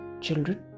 children